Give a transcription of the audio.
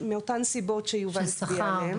מאותן סיבות שיובל הצביע עליהן.